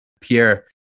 Pierre